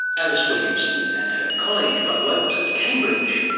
alice williamson. and her college, by the way, was at cambridge,